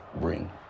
bring